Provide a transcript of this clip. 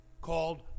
called